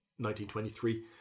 1923